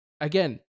again